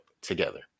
together